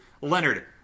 Leonard